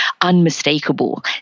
unmistakable